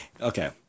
okay